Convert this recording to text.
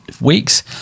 weeks